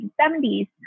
1970s